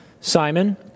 Simon